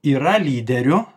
yra lyderių